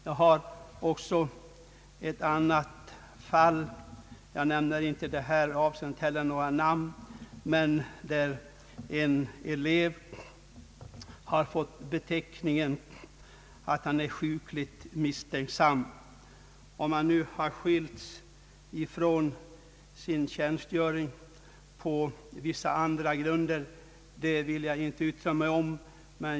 Jag kan också ange ett annat fall. Jag nämner inte heller här några namn. En elev har fått beteckningen sjukligt misstänksam. Om han nu har skilts från sin tjänstgöring på vissa andra grunder, vill jag inte yttra mig om.